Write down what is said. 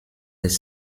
des